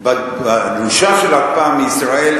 בדרישה של ההקפאה מישראל,